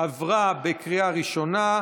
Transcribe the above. עברה בקריאה ראשונה,